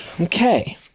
okay